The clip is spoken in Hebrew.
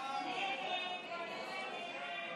ובכן,